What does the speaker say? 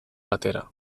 batera